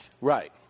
Right